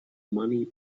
money